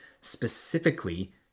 specifically